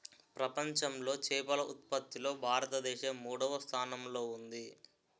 ప్రపంచంలో చేపల ఉత్పత్తిలో భారతదేశం మూడవ స్థానంలో ఉంది